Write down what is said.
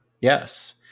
Yes